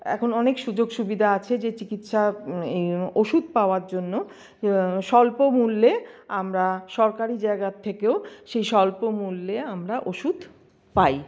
এখন অনেক সুযোগ সুবিধা আছে যে চিকিৎসা ওষুধ পাওয়ার জন্য স্বল্পমূল্যে আমরা সরকারি জায়গার থেকেও সেই স্বল্পমূল্যে আমরা ওষুধ পাই